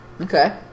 Okay